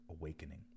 Awakening